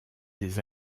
des